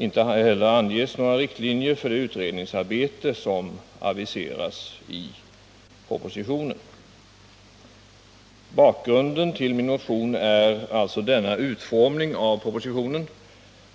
Inte heller anges några riktlinjer för det utredningsarbete som aviseras i frågan. Bakgrunden till min motion är denna utformning av propositionen,